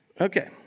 Okay